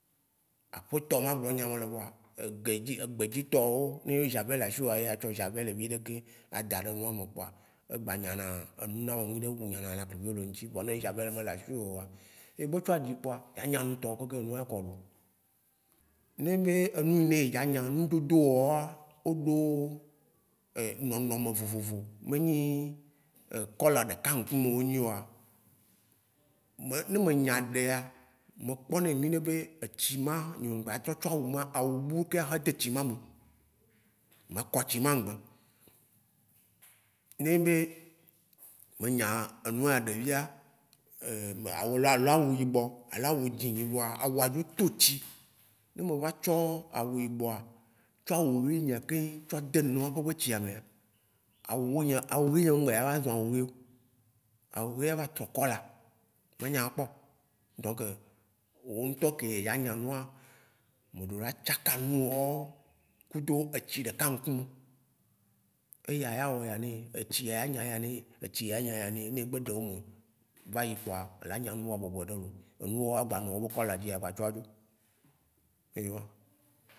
aƒe tɔ ma ege dzi egbe dzi tɔ wo, ne javel le ashiwoa, ye ya tsɔ javel viɖe leke w daɖe nua me kpoa egba nya na enu na ame, ne me nya na ne javel me le ashiwoa, egbe tsɔ aɖi kpoa, ya nya nu tɔ wo keke nua kɔ lo. Ne enyi be enuine edza nya ŋudodo woa o ɖo e nɔnɔ me vovovo, me nyi cola ɖeka ŋkume wo nyui woa, me ne me nya ɖea, me kpɔ nɛ nene be etsi ma, nye ma tsɔ tsɔ awu bu a tsɔ de etsi ma me. Makɔ tsi ma nu. Ne enyi be me nya enua, ɖevia al- alo awu yibɔ, alo awu dzi nye vɔa, awua de to tsi. Ne me va tsɔ awu yibɔa, tsɔ awu wuli nyea keŋ tsɔ de enu ma be tsia mea, awu wo nye, awu wo nye ŋgba va zɔ̃ awu yeo. Awu ya va trɔ cola, me nya kpɔkpɔ. Donc wo ŋtɔ ke dza nya nua, me ɖo la tsaka nu wɔ wo ku to etsi ɖeka ŋkume. Eya ya wɔ ya ne, etsi a ya nya ya ne, etsi ya ya nya ya ne. Ne egbe do wo me va yi kpoa o la nya nu woa bɔbɔ ɖe lo. Enuo wo agba nɔ wo be cola dzia, a gba dzo wa ɖo, ewan.